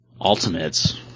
Ultimates